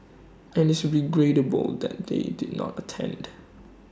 and it's regrettable that they did not attend